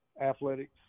athletics